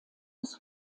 des